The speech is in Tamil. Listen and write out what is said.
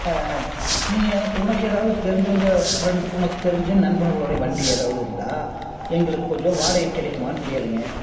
நீ எனக்கு உனக்கு எதாவது தெரிஞ்சவங்க ஃப்ரெண்ட் உனக்கு தெரிஞ்ச நண்பர்களோடய வண்டி எதாவது இருந்தால எங்களுக்கு கொஞ்சம் வாடகைக்கு கிடைக்குமான்னு கேளுங்க